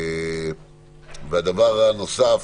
הדבר הנוסף